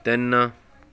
ਤਿੰਨ